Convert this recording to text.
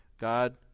God